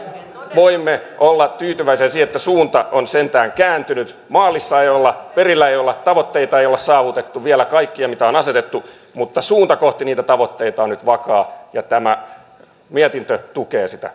voimme olla tyytyväisiä siihen että suunta on sentään kääntynyt maalissa ei olla perillä ei olla tavoitteita ei olla saavutettu vielä kaikkia mitä on asetettu mutta suunta kohti niitä tavoitteita on nyt vakaa ja tämä mietintö tukee sitä